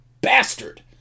bastard